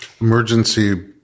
emergency